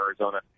Arizona